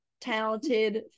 talented